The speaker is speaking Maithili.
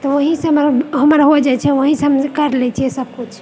तऽओहिसँ हमर हो जाइत छै ओहिसँ हम कर लए छिऐ सब किछु